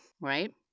right